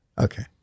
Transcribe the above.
Okay